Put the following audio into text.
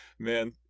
Man